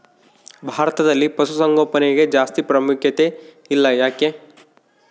ಭಾರತದಲ್ಲಿ ಪಶುಸಾಂಗೋಪನೆಗೆ ಜಾಸ್ತಿ ಪ್ರಾಮುಖ್ಯತೆ ಇಲ್ಲ ಯಾಕೆ?